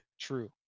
true